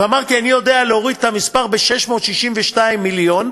ואמרתי: אני יודע להוריד את המספר ב-662 מיליון,